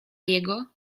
jego